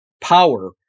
power